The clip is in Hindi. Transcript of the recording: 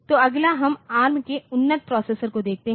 तो अगला हम एआरएम के उन्नत प्रोसेसर को देखते हैं